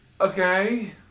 Okay